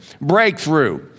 Breakthrough